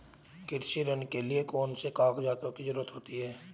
कृषि ऋण के लिऐ कौन से कागजातों की जरूरत होती है?